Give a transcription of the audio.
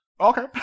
Okay